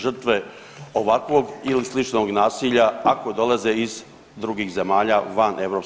žrtve ovakvog ili sličnog nasilja ako dolaze iz drugih zemalja van EU.